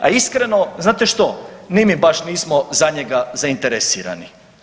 A iskreno znate što, ni mi baš nismo za njega zainteresirani.